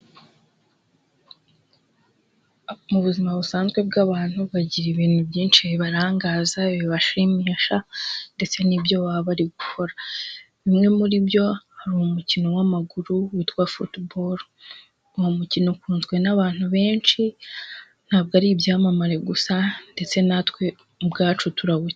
Mu buzima busanzwe bw'abantu bagira ibintu byinshi bibarangaza, ibibashimisha ndetse n'ibyo baba bari gukora. Bimwe muri byo hari umukino w'amaguru witwa football, uwo mukino ukunzwe n'abantu benshi. Ntabwo ari ibyamamare gusa ndetse natwe ubwacu turawukina.